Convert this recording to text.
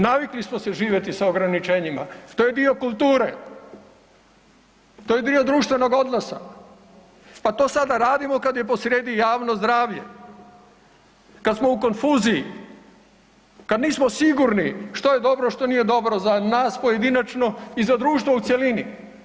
Navikli smo se živjeti sa ograničenjima, to je dio kulture, to je dio društvenog odnosa, pa to sada radimo kada je posrijedi javno zdravlje kada smo u konfuziji, kad nismo sigurni što je dobro, što nije dobro za nas pojedinačno i za društvo u cjelini.